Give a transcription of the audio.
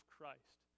Christ